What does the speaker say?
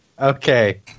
Okay